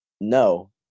No